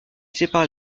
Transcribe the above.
sépare